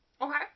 Okay